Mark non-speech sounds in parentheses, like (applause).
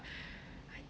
(breath) I